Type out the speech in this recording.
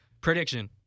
prediction